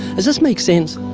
does this make sense?